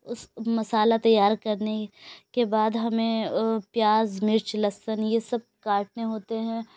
اس مسالہ تیار کرنے کے بعد ہمیں پیاز مرچ لہسن یہ سب کاٹنے ہوتے ہیں